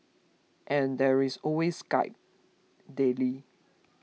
and there is always Skype daily